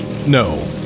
No